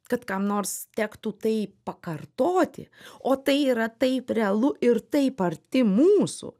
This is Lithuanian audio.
kad kam nors tektų tai pakartoti o tai yra taip realu ir taip arti mūsų